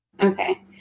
okay